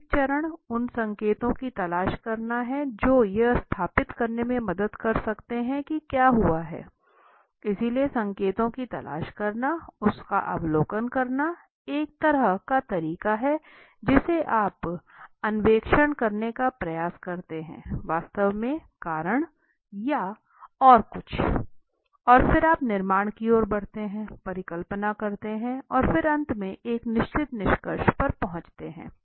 प्रारंभिक चरण उन संकेतों की तलाश करना है जो यह स्थापित करने में मदद कर सकते हैं कि क्या हुआ है इसलिए संकेतों की तलाश करना उसका अवलोकन करना एक तरह का तरीका है जिससे आप अन्वेषण करने का प्रयास करते हैं वास्तव में कारण या और कुछ है और फिर आप निर्माण की ओर बढ़ते हैं परिकल्पना करते हैं और फिर अंत में एक निश्चित निष्कर्ष पर पहुँचते हैं